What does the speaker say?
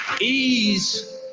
Ease